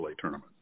tournament